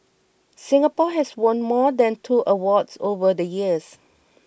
Singapore has won more than two awards over the years